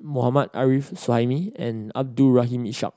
Mohammad Arif Suhaimi and Abdul Rahim Ishak